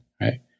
right